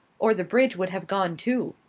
or the bridge would have gone, too.